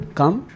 come